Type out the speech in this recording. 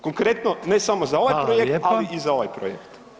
Konkretno, ne samo za ovaj projekt [[Upadica: Hvala lijepa.]] ali i za ovaj projekt.